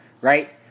right